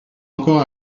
encore